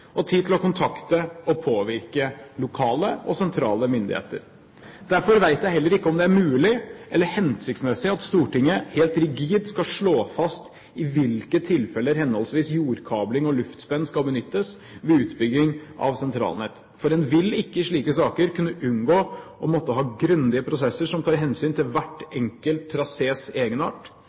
og tid til å kontakte og påvirke lokale og sentrale myndigheter. Derfor vet jeg heller ikke om det er mulig eller hensiktsmessig at Stortinget helt rigid skal slå fast i hvilke tilfeller henholdsvis jordkabling og luftspenn skal benyttes ved utbygging av sentralnett. For en vil ikke i slike saker kunne unngå å måtte ha grundige prosesser som tar hensyn til hver enkelt trasés egenart,